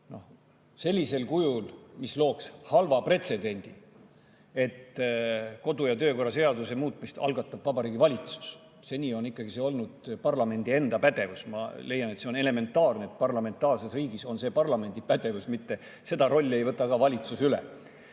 sellisel kujul, mis looks halva pretsedendi, et kodu‑ ja töökorra seaduse muutmise algatab Vabariigi Valitsus. Seni on see ikkagi olnud parlamendi enda pädevus. Ma leian, et see on elementaarne, et parlamentaarses riigis on see parlamendi pädevus, mitte ka seda rolli ei võta valitsus üle.